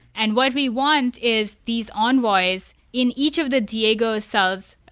and what we want is these envoys, in each of the diego cells,